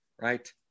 right